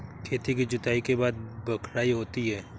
खेती की जुताई के बाद बख्राई होती हैं?